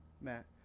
Matt